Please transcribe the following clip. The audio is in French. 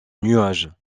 nuage